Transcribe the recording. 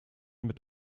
mit